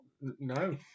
No